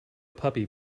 puppy